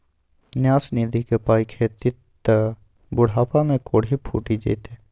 न्यास निधिक पाय खेभी त बुढ़ापामे कोढ़ि फुटि जेतौ